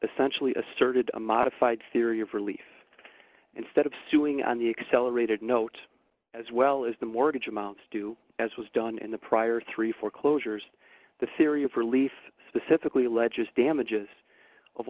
essentially asserted a modified theory of relief instead of suing on the accelerated note as well as the mortgage amounts due as was done in the prior three foreclosures the theory of relief specifically alleges damages of